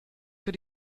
für